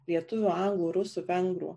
lietuvių anglų rusų vengrų